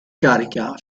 carica